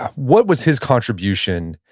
what was his contribution?